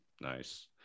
Nice